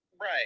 right